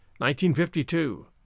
1952